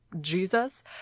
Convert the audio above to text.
Jesus